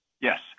Yes